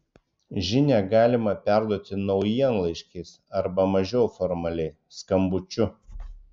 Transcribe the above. žinią galimą perduoti naujienlaiškiais arba mažiau formaliai skambučiu